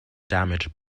damaged